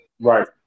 Right